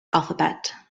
alphabet